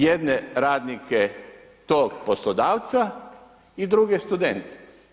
Jedne radnike tog poslodavca i druge studente.